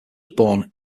born